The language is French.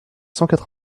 cent